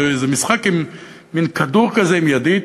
זה משחק עם מין כדור כזה עם ידית,